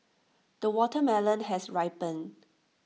the watermelon has ripened